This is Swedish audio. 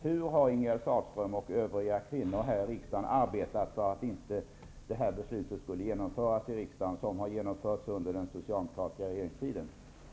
Hur har Ingegerd Sahlström och de andra kvinnorna här i riksdagen arbetat för att det beslut, som genomfördes under den socialdemokratiska regeringstiden, inte skulle genomföras?